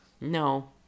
No